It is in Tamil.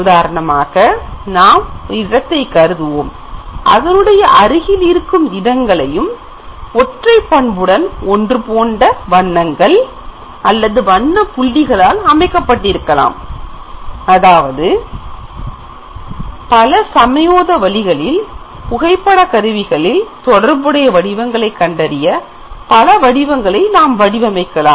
உதாரணமாக நாம் ஒரு இடத்தை கருதுவோம் அதனுடைய அருகில் இருக்கும் இடங்களும் ஒற்றை பண்புடன் ஒன்று போன்ற வண்ணங்கள் அல்லது வண்ண புள்ளிகளால் அமைக்கப்பட்டிருக்கலாம் அதாவது பல சமயோசித வழிகளில் புகைப்படக் கருவியில் தொடர்புடைய வடிவங்களை கண்டறிய பல வடிவங்களை வடிவமைக்கலாம்